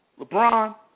LeBron